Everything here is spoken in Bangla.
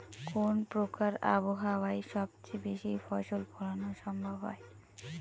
কোন প্রকার আবহাওয়ায় সবচেয়ে বেশি ফসল ফলানো সম্ভব হয়?